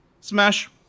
Smash